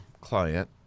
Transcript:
client